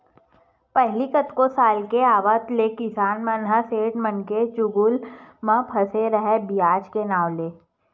पहिली कतको साल के आवत ले किसान मन ह सेठ मनके चुगुल म फसे राहय बियाज के नांव ले